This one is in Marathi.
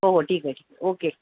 हो हो ठीक आहे ठीक ओके